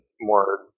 more